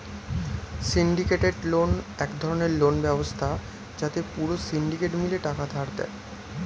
syndicated loan এক ধরণের loan ব্যবস্থা যাতে পুরো সিন্ডিকেট মিলে টাকা ধার দেয়